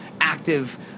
active